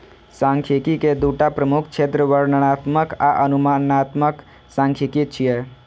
सांख्यिकी के दूटा प्रमुख क्षेत्र वर्णनात्मक आ अनुमानात्मक सांख्यिकी छियै